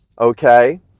Okay